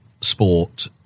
sport